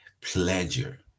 pleasure